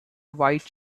white